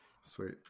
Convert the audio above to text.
sweet